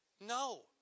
No